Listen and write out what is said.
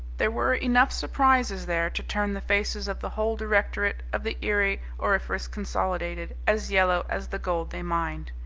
there were enough surprises there to turn the faces of the whole directorate of the erie auriferous consolidated as yellow as the gold they mined.